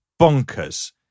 bonkers